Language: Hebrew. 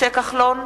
משה כחלון,